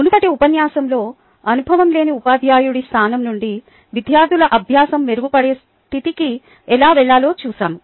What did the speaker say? మునుపటి ఉపన్యాసంలో అనుభవం లేని ఉపాధ్యాయుడి స్థానం నుండి విద్యార్థుల అభ్యాసం మెరుగుపడే స్థితికి ఎలా వెళ్ళాలో చూశాము